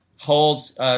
holds –